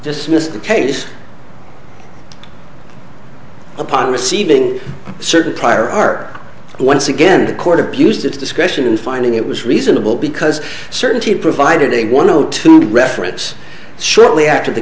dismissed the case upon receiving certain prior art once again the court abused its discretion in finding it was reasonable because certainty provided a one zero to reference shortly after the